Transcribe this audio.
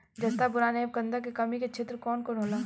जस्ता बोरान ऐब गंधक के कमी के क्षेत्र कौन कौनहोला?